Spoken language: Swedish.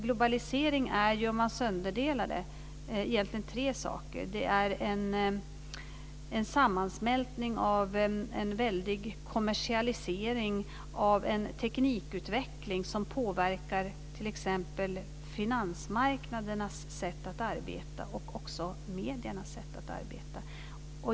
Globalisering är om man sönderdelar det egentligen tre saker. Det är en sammansmältning av en väldig kommersialisering och teknikutveckling som påverkar t.ex. finansmarknadernas sätt att arbeta och också mediernas sätt att arbeta.